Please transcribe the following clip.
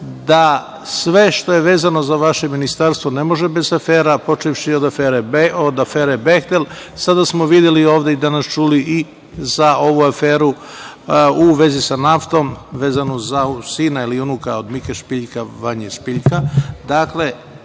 da sve što je vezano za vaše Ministarstvo ne može bez afera, počevši od afere „Behtel“. Sada smo videli ovde i danas čuli i za ovu aferu u vezi sa naftom, vezano za sina ili unuka od Mike Špiljka, Vanje Špiljka. Dakle